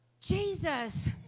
Jesus